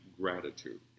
gratitude